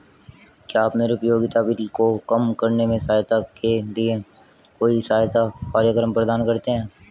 क्या आप मेरे उपयोगिता बिल को कम करने में सहायता के लिए कोई सहायता कार्यक्रम प्रदान करते हैं?